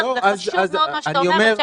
מה שאתה אומר הוא חשוב מאוד,